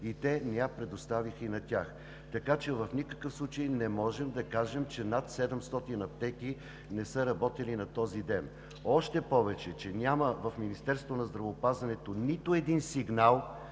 и те не я предоставиха и на тях. Така че в никакъв случай не можем да кажем, че над 700 аптеки не са работили на този ден, още повече че в Министерството на здравеопазването няма нито един сигнал,